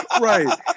Right